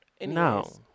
No